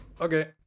okay